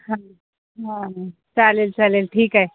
हां हां चालेल चालेल ठीक आहे